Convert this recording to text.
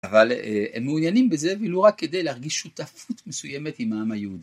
אבל הם מעוניינים בזה ולא רק כדי להרגיש שותפות מסוימת עם העם היהודי.